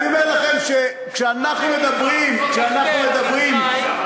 ואני אומר לכם שכשאנחנו מדברים, ומצרים?